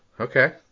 Okay